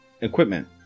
equipment